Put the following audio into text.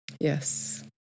Yes